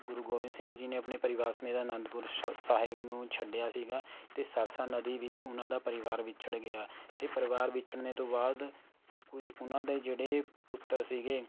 ਗੁਰੂ ਗੋਬਿੰਦ ਸਿੰਘ ਜੀ ਨੇ ਆਪਣੇ ਪਰਿਵਾਰ ਸਮੇਤ ਅਨੰਦਪੁਰ ਸ਼ ਸਾਹਿਬ ਨੂੰ ਛੱਡਿਆ ਸੀਗਾ ਅਤੇ ਸਰਸਾ ਨਦੀ ਵਿੱਚ ਉਹਨਾਂ ਦਾ ਪਰਿਵਾਰ ਵਿਛੜ ਗਿਆ ਪਰਿਵਾਰ ਵਿਛੜਨੇ ਤੋਂ ਬਾਅਦ ਕੁਝ ਉਹਨਾਂ ਦੇ ਜਿਹੜੇ ਪੁੱਤਰ ਸੀਗੇ